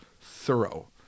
Thorough